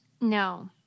No